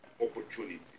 opportunity